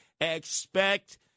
Expect